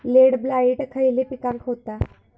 Late blight खयले पिकांका होता?